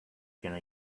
gonna